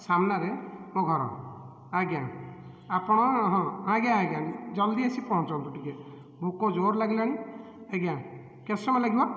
ସାମ୍ନାରେ ମୋ ଘର ଆଜ୍ଞା ଆପଣ ହଁ ଆଜ୍ଞା ଆଜ୍ଞା ଜଲ୍ଦି ଆସି ପହଞ୍ଚନ୍ତୁ ଟିକିଏ ଭୋକ ଜୋର୍ ଲାଗିଲାଣି ଆଜ୍ଞା କେତେ ସମୟ ଲାଗିବ